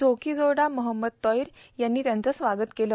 झोकीर्झोडा महमद तोईर यांनी त्याचं स्वागत केलं